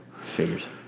Figures